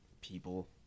people